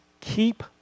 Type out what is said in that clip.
Keep